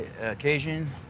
occasion